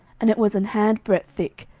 and it was an hand breadth thick,